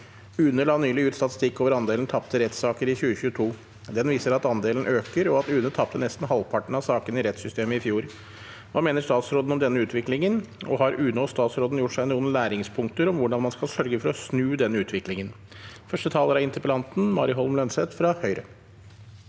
UNE la nylig ut statistikk over andelen tapte rettssaker i 2022. Den viser at andelen øker og at UNE tapte nesten halvparten av sakene i rettssystemet i fjor. Hva mener statsråden om denne utviklingen, og har UNE og statsråden gjort seg noen læringspunkter om hvordan man skal sørge for å snu denne utviklingen?» Mari Holm Lønseth (H)